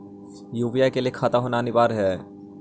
UPI के लिए खाता होना अनिवार्य है?